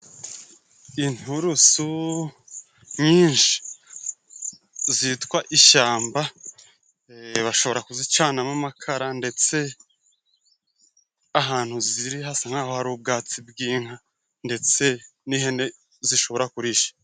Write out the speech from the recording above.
Inturusu nyinshi zitwa ishyamba bashobora kuzicanamo amakara, ndetse ahantu ziri hasa nk'aho hari ubwatsi bw'inka ndetse n'ihene zishobora kurisha.